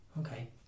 okay